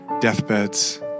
deathbeds